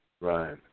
Right